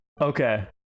Okay